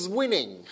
winning